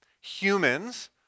Humans